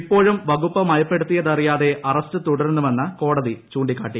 ഇപ്പോഴും വകുപ്പ് മയപ്പെടുത്തിയിരുടിയാ്തെ അറസ്റ്റ് തുടരുന്നുവെന്ന് കോടതി ചൂണ്ടിക്കാട്ടി